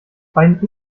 beiden